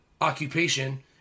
occupation